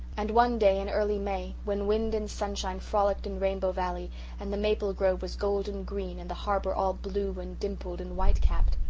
and one day in early may, when wind and sunshine frolicked in rainbow valley and the maple grove was golden-green and the harbour all blue and dimpled and white-capped,